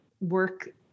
work